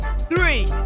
Three